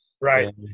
Right